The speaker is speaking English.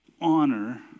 honor